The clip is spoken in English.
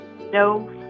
no